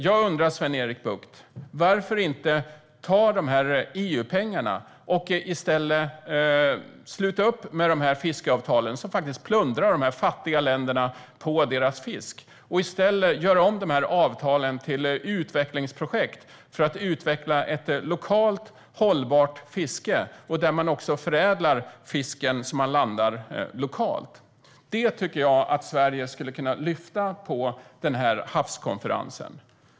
Jag undrar, Sven-Erik Bucht, varför vi inte slutar upp med de här fiskeavtalen som faktiskt plundrar fattiga länder på deras fisk och i stället tar dessa EU-pengar och gör om avtalen till utvecklingsprojekt för att utveckla ett lokalt hållbart fiske där man också förädlar den fisk man landar lokalt. Detta tycker jag att Sverige skulle kunna lyfta upp på havskonferensen.